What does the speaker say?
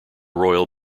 royal